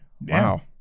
Wow